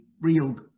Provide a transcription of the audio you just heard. real